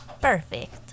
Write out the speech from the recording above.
Perfect